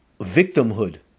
victimhood